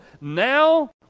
Now